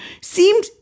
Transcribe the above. seemed